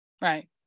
right